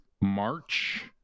march